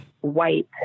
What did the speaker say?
white